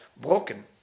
broken